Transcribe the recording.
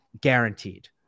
Guaranteed